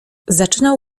zaczynał